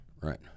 Right